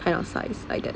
kind of size I guess